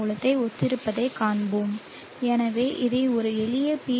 மூலத்தை ஒத்திருப்பதைக் காண்போம் எனவே இதை ஒரு எளிய பி